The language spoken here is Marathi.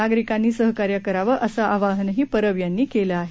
नागरिकांनी सहकार्य करावं असं आवाहनही परब यांनी केलं आहे